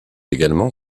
également